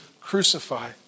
crucify